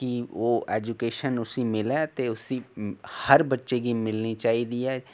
कि ओह् एजूकेशन उसी मिले ते उसी हर बच्चे गी मिलनी चाहिदी ऐ